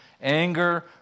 anger